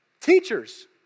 Teachers